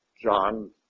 John